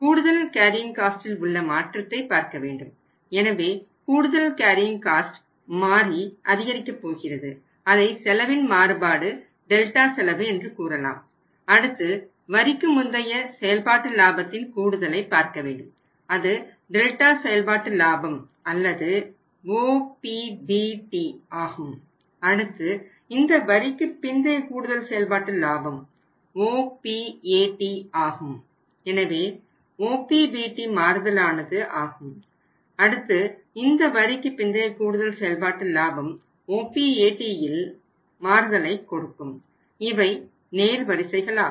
கூடுதல் கேரியிங் காஸ்ட்டில் ஆகும்